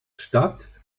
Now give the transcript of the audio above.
stadt